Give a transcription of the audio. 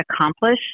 accomplish